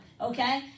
Okay